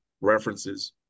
references